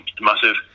massive